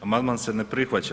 Amandman se ne prihvaća.